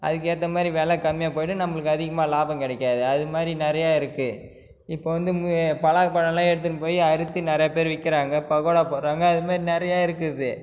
அதுக்கேற்ற மாதிரி வெலை கம்மியாக போய்டும் நம்பளுக்கு அதிகமாக லாபம் கிடைக்காது அது மாதிரி நிறையா இருக்கு இப்போ வந்து பலாப்பழம்லாம் எடுத்துன்னு போய் அறுத்து நிறையாப் பேர் விற்கிறாங்க பக்கோடா போடறாங்க அது மாதிரி நிறையா இருக்குது